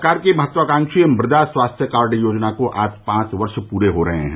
सरकार की महत्वाकांक्षी मृदा स्वास्थ्य कार्ड योजना को आज पांच वर्ष पूरे हो रहे हैं